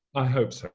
i hope so,